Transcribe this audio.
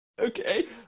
Okay